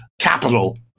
Capital